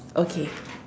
okay